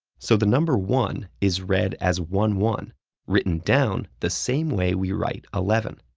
so the number one is read as one one written down the same way we write eleven.